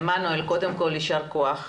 עמנואל, קודם כול יישר כוח.